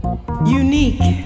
Unique